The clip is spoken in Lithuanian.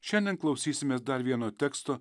šiandien klausysimės dar vieno teksto